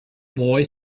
boy